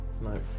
No